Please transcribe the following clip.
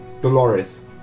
Dolores